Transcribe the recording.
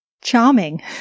Charming